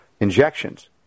injections